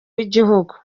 w’igihugu